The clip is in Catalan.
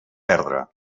perdre